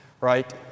right